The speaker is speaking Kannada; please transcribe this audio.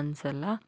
ಅನ್ಸೊಲ್ಲ